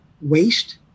Waste